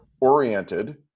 oriented